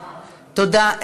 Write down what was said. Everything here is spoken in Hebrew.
תודה.